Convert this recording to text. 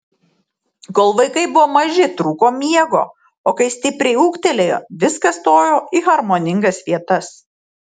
kol vaikai buvo maži trūko miego o kai stipriai ūgtelėjo viskas stojo į harmoningas vietas